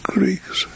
Greeks